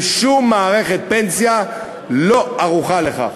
ושום מערכת פנסיה לא ערוכה לכך.